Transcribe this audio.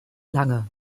lange